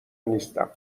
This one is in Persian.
نیستم